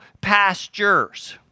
pastures